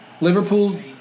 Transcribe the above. Liverpool